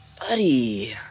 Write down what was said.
Buddy